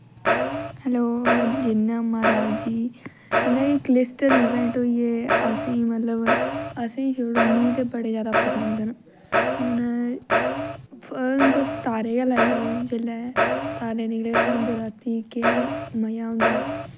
hello जियां महाराज जी जियां कि कल्सटर इवेंट होई गे असेंगी मतलब असेंगी छुड़ो मीं ते बड़े ज्यादा पसंद न हून तुस तारे गै लाई लैओ जेल्लै तारे निकले दे होंदे रातीं केह् मज़ा औंदा